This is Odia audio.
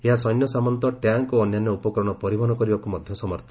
ଏହା ସୈନ୍ୟ ସାମନ୍ତ ଟ୍ୟାଙ୍କ ଓ ଅନ୍ୟାନ୍ୟ ଉପକରଣ ପରିବହନ କରିବାକୁ ମଧ୍ୟ ସମର୍ଥ